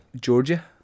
Georgia